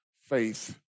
faith